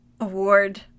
Award